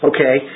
Okay